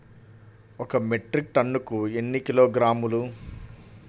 ఒక మెట్రిక్ టన్నుకు ఎన్ని కిలోగ్రాములు?